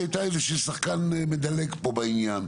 והיא היתה איזשהו שחקן מדלג בעניין.